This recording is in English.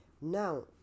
Now